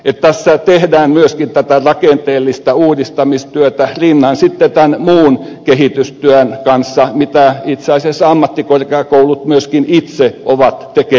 tässä tehdään myöskin tätä rakenteellista uudistamistyötä rinnan sitten tämän muun kehitystyön kanssa mitä itse asiassa ammattikorkeakoulut myöskin itse ovat tekemässä